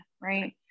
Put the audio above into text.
right